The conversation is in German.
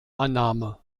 annahme